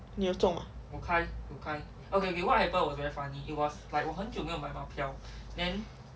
你有中吗